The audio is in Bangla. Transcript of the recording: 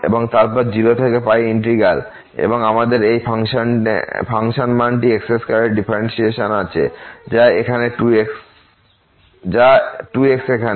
এবং তারপর 0 থেকে ইন্টিগ্র্যাল এবং আমাদের এই ফাংশন মান x2এর ডিফারেন্টশিয়েশন আছে যা 2x এখানে